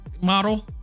model